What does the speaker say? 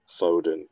Foden